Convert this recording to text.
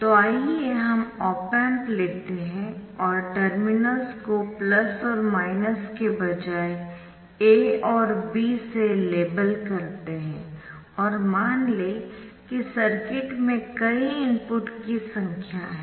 तो आइए हम ऑप एम्प लेते है और टर्मिनल्स को प्लस और माइनस के बजाय A और B से लेबल करते है और मान लें कि सर्किट में कई इनपुट की संख्या है